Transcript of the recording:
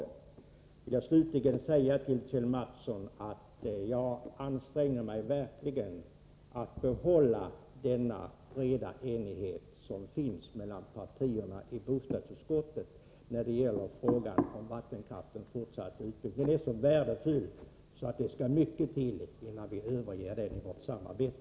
Till Kjell Mattsson vill jag slutligen säga att jag verkligen anstränger mig för att vi skall få behålla den breda enighet som finns mellan partierna i bostadsutskottet när det gäller frågan om vattenkraftens fortsatta utbyggnad. Den är så värdefull att det skall mycket till innan vi överger den i vårt samarbete.